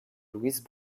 louise